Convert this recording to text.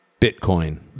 bitcoin